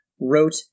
wrote